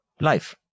life